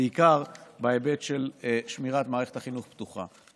בעיקר בהיבט של שמירת מערכת החינוך פתוחה.